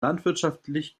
landwirtschaftlich